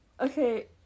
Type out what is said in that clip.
Okay